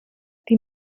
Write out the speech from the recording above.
die